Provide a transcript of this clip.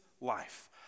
life